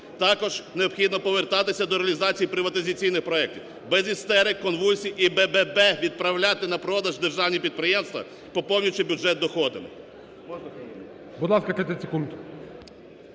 Також необхідно повертатися до реалізації приватизаційних проектів, без істерик, конвульсій і бе-бе-бе відправляти на продаж державні підприємства, поповнюючи бюджет доходами.